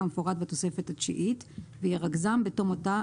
כמפורט בתוספת התשיעית וירכזם בתום אותה